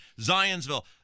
Zionsville